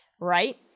right